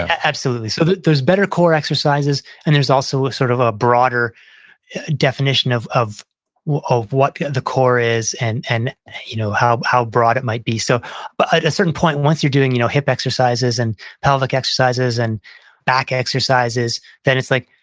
absolutely. so there's better core exercises, and there's also ah sort of a broader definition of of what what the core is and and you know how how broad it might be. so but at a certain point, once you're doing you know hip exercises, and pelvic exercises, and back exercises, then it's like,